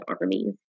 armies